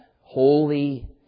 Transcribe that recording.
holy